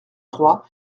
trois